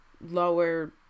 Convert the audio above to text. lower